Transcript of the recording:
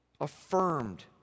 affirmed